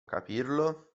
capirlo